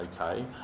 okay